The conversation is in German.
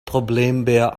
problembär